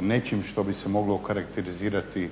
nečim što bi se moglo okarakterizirati